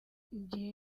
igihe